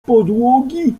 podłogi